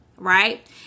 Right